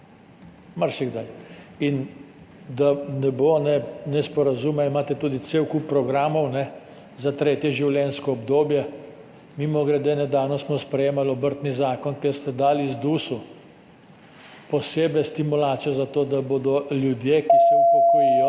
Da ne bo nesporazuma, imate tudi cel kup programov za tretje življenjsko obdobje, mimogrede, nedavno smo sprejemali Obrtni zakon, kjer ste dali ZDUS posebej stimulacijo za to, da bodo ljudje, ki se upokojijo,